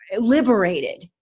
liberated